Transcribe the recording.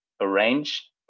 arrange